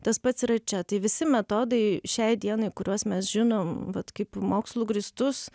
tas pats yra čia tai visi metodai šiai dienai kuriuos mes žinom vat kaip mokslu grįstus